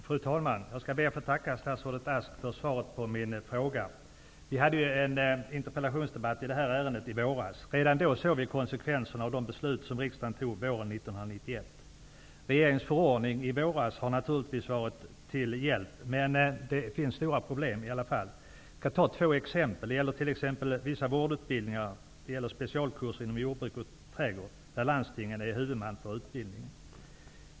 Fru talman! Jag skall be att få tacka statsrådet Ask för svaret på min fråga. Vi hade en interpellationsdebatt i det här ärendet i våras. Redan då såg vi konsekvenserna av de beslut som riksdagen fattade våren 1991. Regeringens förordning från i våras har naturligtvis varit till hjälp, men det finns ändock stora problem. Jag skall ta några utbildningar där det finns problem som exempel. Det gäller vissa vårdutbildningar och specialkurser inom jordbruks och trädgårdsnäring, där landstingen är huvudman för utbildningen.